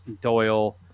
Doyle